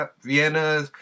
Vienna